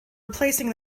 replacing